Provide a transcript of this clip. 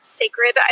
sacred